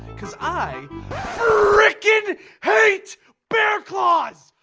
cause i frickin hate bear claws